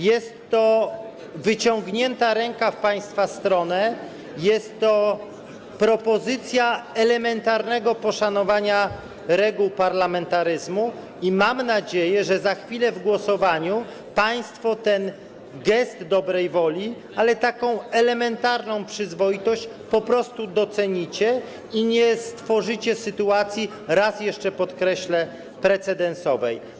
Jest to ręka wyciągnięta w państwa stronę, jest to propozycja elementarnego poszanowania reguł parlamentaryzmu i mam nadzieję, że za chwilę w głosowaniu państwo ten gest dobrej woli, ale taką elementarną przyzwoitość, po prostu docenicie i nie stworzycie sytuacji, raz jeszcze podkreślę, precedensowej.